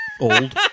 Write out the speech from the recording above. old